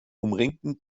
umringten